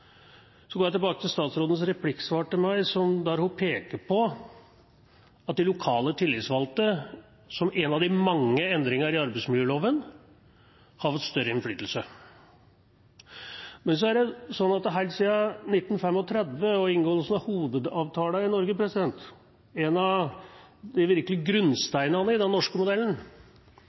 går tilbake til statsrådens replikksvar til meg, der hun peker på at de lokale tillitsvalgte, som følge av en av de mange endringene i arbeidsmiljøloven, har fått større innflytelse. Men helt siden 1935 og inngåelsen av Hovedavtalen i Norge, en av grunnsteinene i den norske modellen,